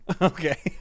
Okay